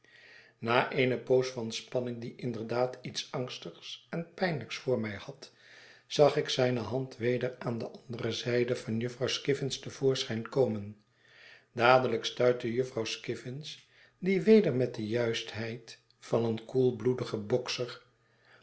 na eene poos van spanning die inderdaad iets angstigs en pijnlijks voor mij had zag ik zijne hand weder aan de andere zijde van jufvrouw skiffins te voorschijn komen dadelijk stuitte jufvrouw skiffins die weder met de juistheid van een koelbloedigen bokser